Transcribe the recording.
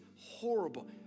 horrible